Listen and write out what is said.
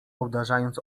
obdarzając